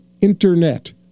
internet